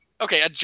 Okay